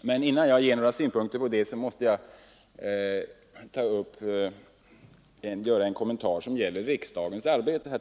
Men innan jag anför några synpunkter på de frågorna måste jag något kommentera riksdagens arbete.